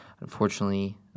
Unfortunately